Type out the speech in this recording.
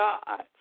God